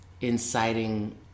inciting